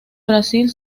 brasil